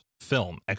film